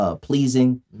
pleasing